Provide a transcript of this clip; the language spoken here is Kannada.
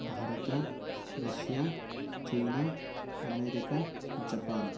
Bharat Russia China America Japan